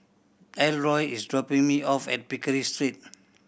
Elroy is dropping me off at Pickering Street